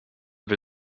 wir